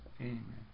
amen